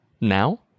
now